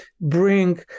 bring